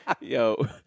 Yo